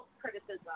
criticism